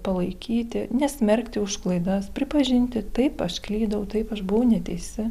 palaikyti nesmerkti už klaidas pripažinti taip aš klydau taip aš buvau neteisi